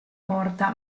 porta